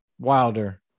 Wilder